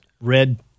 red